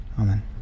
Amen